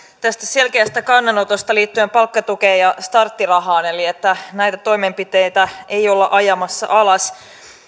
tästä selkeästä kannanotosta liittyen palkkatukeen ja starttirahaan eli siihen että näitä toimenpiteitä ei olla ajamassa alas